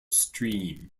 stream